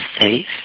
safe